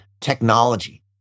technology